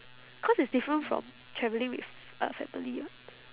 cause it's different from traveling with uh family [what]